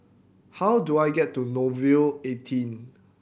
how do I get to Nouvel eighteen